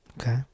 okay